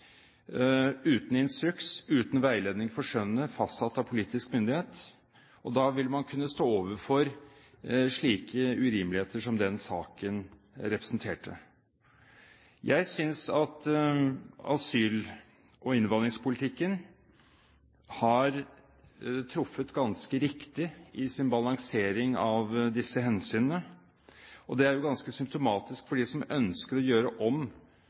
uten instruks, uten veiledning for skjønnet fastsatt av politisk myndighet. Da vil man kunne stå overfor slike urimeligheter som det den saken representerte. Jeg synes at asyl- og innvandringspolitikken har truffet ganske riktig i sin balansering av disse hensynene. Og det er jo ganske symptomatisk for dem som ønsker å gjøre om